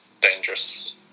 dangerous